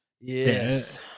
Yes